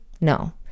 no